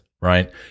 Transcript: right